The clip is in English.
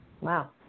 Wow